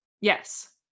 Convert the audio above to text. Yes